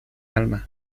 alma